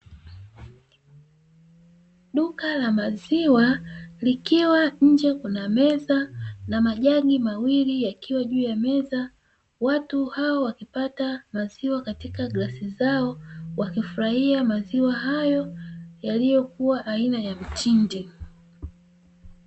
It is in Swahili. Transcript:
Duka la maziwa likiwa nje kuna meza na majagi mawili yakiwa juu ya meza. Watu hawa wakipata maziwa katika glasi zao, wakifurahia maziwa hayo yaliyokuwa aina ya mtindi.